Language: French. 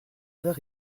heures